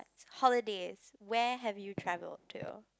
holidays where have you traveled to